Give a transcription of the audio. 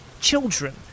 Children